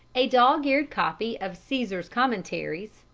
a dog-eared copy of caesar's commentaries,